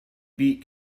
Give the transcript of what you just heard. beat